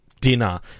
dinner